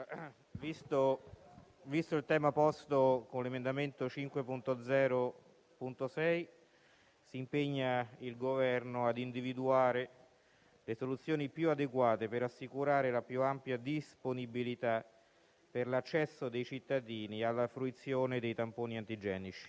Visto il tema posto con l'emendamento 5.0.6 (testo 2), si impegna il Governo «a individuare le soluzioni più adeguate per assicurare la più ampia disponibilità per l'accesso dei cittadini alla fruizione di tamponi antigenici».